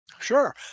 Sure